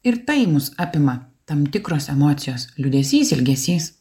ir tai mus apima tam tikros emocijos liūdesys ilgesys